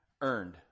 earned